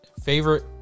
Favorite